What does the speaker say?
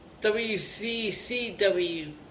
WCCW